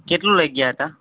કેટલું લઈ ગયા તા